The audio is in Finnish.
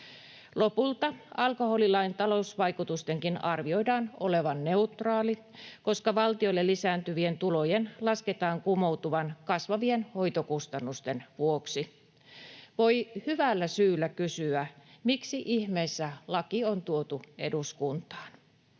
Lopulta alkoholilain talousvaikutuksenkin arvioidaan olevan neutraali, koska valtiolle lisääntyvien tulojen lasketaan kumoutuvan kasvavien hoitokustannusten vuoksi. Voi hyvällä syyllä kysyä, miksi ihmeessä laki on tuotu eduskuntaan.